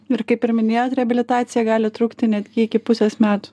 ir kaip ir minėjot reabilitacija gali trukti netgi iki pusės metų